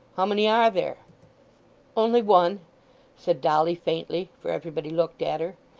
how many are there only one said dolly faintly, for everybody looked at her.